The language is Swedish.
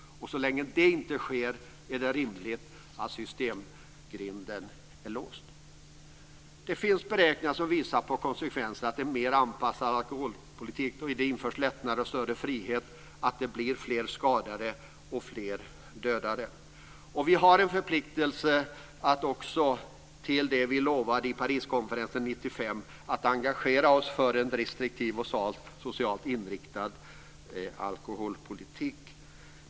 Så länge det inte sker är det rimligt att systemgrinden är låst. Det finns beräkningar som visar på att konsekvenserna av en mer anpassad alkoholpolitik med införda lättnader och större frihet blir fler skadade och fler dödade. Vi har en förpliktelse till det vi lovade i Pariskonferensen 1995 - att engagera oss för en restriktiv och socialt inriktad alkoholpolitik.